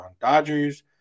Dodgers